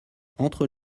entre